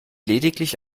lediglich